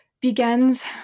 begins